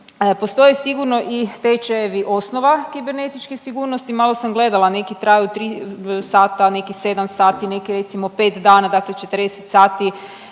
postoje sigurno i tečajevi osnova kibernetičke sigurnosti, malo sam gledala, neki traju 3 sata, neki 7 sati, neki, recimo, 5 dana, dakle 40 sati,